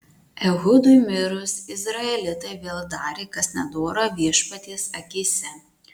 ehudui mirus izraelitai vėl darė kas nedora viešpaties akyse